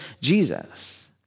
Jesus